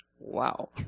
Wow